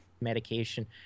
medication